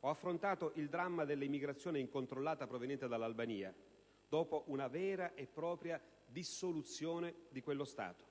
Ho affrontato il dramma dell'immigrazione incontrollata proveniente dall'Albania dopo una vera e propria dissoluzione di quello Stato.